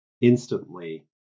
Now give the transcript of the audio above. instantly